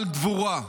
על גבורה,